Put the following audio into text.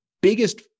biggest